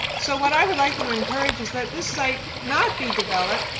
so what i would like to encourage is that this site not be developed.